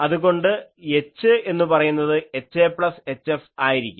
അതുകൊണ്ട് H എന്ന് പറയുന്നത് HAപ്ലസ് HFആയിരിക്കും